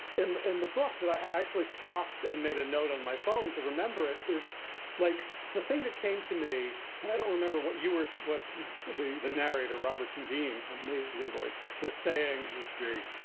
in the and the book that i actually stopped and made a note on my phone to remember it is like the thing that came to me and i don't remember what you were, so what the the narrator robertson dean, amazing voice was saying is great.